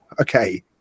Okay